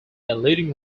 leading